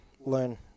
learn